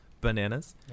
Bananas